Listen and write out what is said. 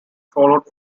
followed